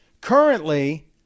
currently